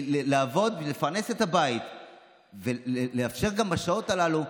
לעבוד ולפרנס את הבית ולאפשר גם בשעות הללו,